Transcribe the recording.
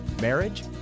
marriage